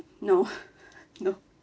no no